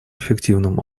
эффективным